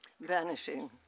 Vanishing